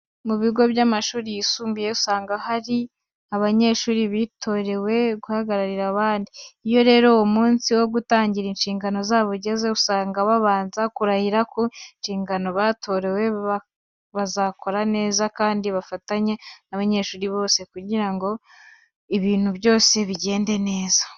Mu bigo by'amashuri yisumbuye usanga haba hari abanyeshuri batorewe guhagararira abandi. Iyo rero umunsi wo gutangira inshingano zabo ugeze, usanga babanza kurahirira ko inshingano batorewe bazabikora neza kandi bagafatanya n'abanyeshuri bose kugira ngo ibintu byose bigende neza.